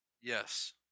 Yes